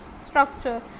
structure